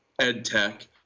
EdTech